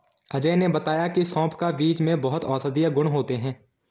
अजय ने बताया की सौंफ का बीज में बहुत औषधीय गुण होते हैं